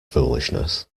foolishness